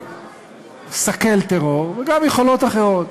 לסכל טרור וגם יכולות אחרות.